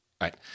right